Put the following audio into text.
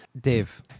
Dave